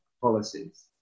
policies